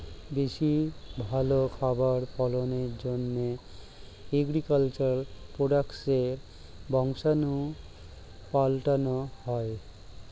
বেশি ভালো খাবার ফলনের জন্যে এগ্রিকালচার প্রোডাক্টসের বংশাণু পাল্টানো হয়